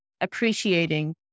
appreciating